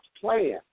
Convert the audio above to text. plan